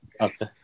Okay